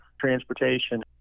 transportation